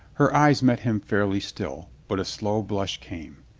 her eyes met him fairly still, but a slow blush came.